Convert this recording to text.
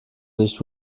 nicht